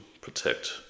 protect